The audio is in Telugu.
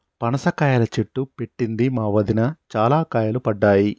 పనస కాయల చెట్టు పెట్టింది మా వదిన, చాల కాయలు పడ్డాయి